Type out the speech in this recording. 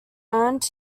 earned